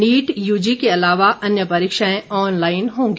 NEET UG के अलावा अन्य परीक्षाएं ऑनलाइन होंगी